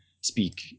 speak